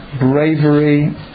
bravery